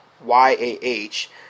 Y-A-H